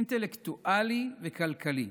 אינטלקטואלי וכלכלי.